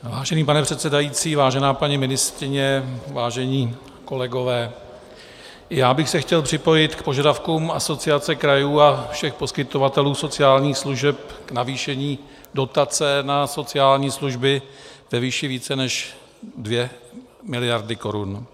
Vážený pane předsedající, vážená paní ministryně, vážení kolegové, já bych se chtěl připojit k požadavkům Asociace krajů a všech poskytovatelů sociálních služeb k navýšení dotace na sociální služby ve výši více než 2 miliardy korun.